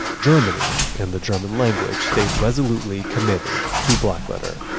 germany and the german language stayed resolutely committed to blackletter.